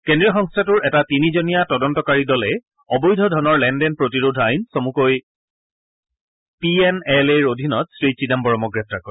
কেন্দ্ৰীয় সংস্থাটোৰ এটা তিনিজনীয়া তদন্তকাৰী দলে অবৈধ ধনৰ লেনদেন প্ৰতিৰোধ আইন চমুকৈ পি এন এল এৰ অধীনত শ্ৰী চিদাম্বৰমক গ্ৰেপ্তাৰ কৰে